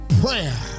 prayer